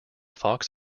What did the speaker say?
fox